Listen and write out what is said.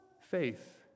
faith